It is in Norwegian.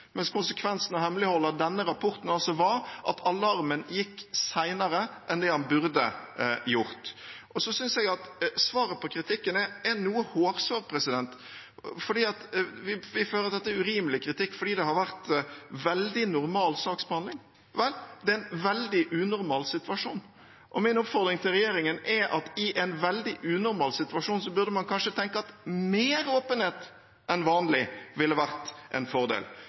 av hemmeligholdet av denne rapporten var at alarmen gikk seinere enn det den burde gjort. Jeg syns at svaret på kritikken er noe hårsår, man føler at dette er urimelig kritikk fordi det har vært veldig normal saksbehandling. Vel, det er en veldig unormal situasjon, og min oppfordring til regjeringen er at i en veldig unormal situasjon burde man kanskje tenke at mer åpenhet enn vanlig ville vært en fordel.